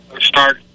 start